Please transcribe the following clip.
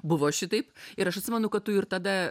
buvo šitaip ir aš atsimenu kad tu ir tada